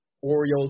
Orioles